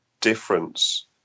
difference